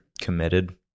committed